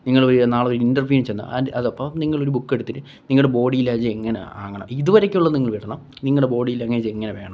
നിങ്ങളൊഴികെ നാളെ ഒരിന്റർവ്യൂവിന് ചെന്നാല് അതപ്പോള് നിങ്ങളൊരു ബുക്കെടുത്തിട്ട് നിങ്ങളുടെ ബോഡീ ലാങ്വേജെങ്ങനെ ആകണം ഇതുവരെക്കൊള്ളത് നിങ്ങള് വിടണം നിങ്ങളുടെ ബോഡീ ലാംഗ്വേജെങ്ങനെ വേണം